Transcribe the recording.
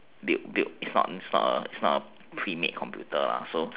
built built it's not a pre made computer lah so